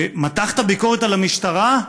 מתחת ביקורת על המשטרה?